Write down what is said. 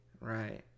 Right